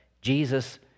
Jesus